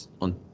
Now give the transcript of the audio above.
on